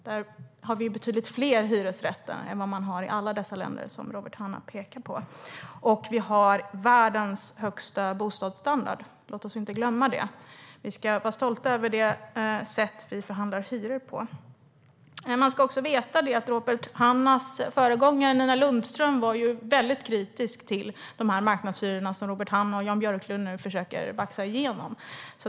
Där har vi betydligt fler hyresrätter än vad man har i de länder som Robert Hannah pekade på. Vi har också världens högsta bostadsstandard - låt oss inte glömma det. Vi ska vara stolta över det sätt på vilket vi förhandlar om hyror. Man ska veta att Robert Hannahs föregångare Nina Lundström var väldigt kritisk till de marknadshyror som Robert Hannah och Jan Björklund nu försöker baxa igenom.